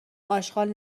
آشغال